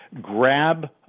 grab